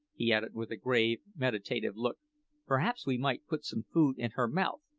he added with a grave, meditative look perhaps we might put some food in her mouth,